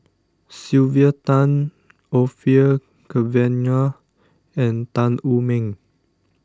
Sylvia Tan Orfeur Cavenagh and Tan Wu Meng